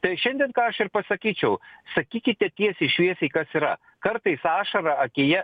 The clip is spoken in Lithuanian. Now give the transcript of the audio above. tai šiandien ką aš ir pasakyčiau sakykite tiesiai šviesiai kas yra kartais ašara akyje